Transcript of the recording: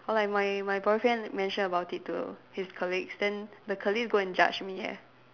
or like my my boyfriend mention about it to his colleagues then the colleagues go and judge me eh